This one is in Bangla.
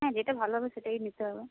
হ্যাঁ যেটা ভালো হবে সেটাই নিতে হবে